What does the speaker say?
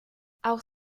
auch